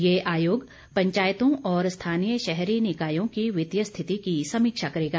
ये आयोग पंचायतों और स्थानीय शहरी निकायों की वित्तीय स्थिति की समीक्षा करेगा